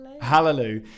Hallelujah